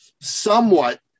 somewhat